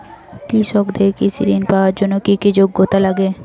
কৃষকদের কৃষি ঋণ পাওয়ার জন্য কী কী যোগ্যতা লাগে?